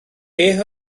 beth